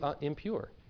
impure